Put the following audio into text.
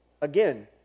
Again